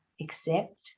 accept